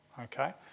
Okay